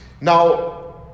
Now